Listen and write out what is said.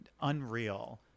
unreal